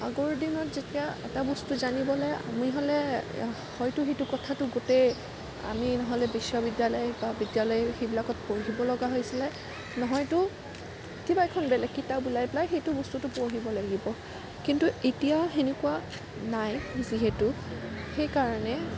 আগৰ দিনত যেতিয়া এটা বস্তু জানিবলৈ আমি হ'লে হয়তো কথাটো গোটেই আমি নহ'লে বিশ্ববিদ্যালয় বা বিদ্যালয় সেইবিলাকত পঢ়িব লগা হৈছিলে নহয়তো কিবা এখন বেলেগ কিতাপ উলিয়াই পেলাই সেই বস্তুটো পঢ়িব লাগিব কিন্তু এতিয়া তেনেকুৱা নাই যিহেতু সেইকাৰণে